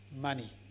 money